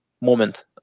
moment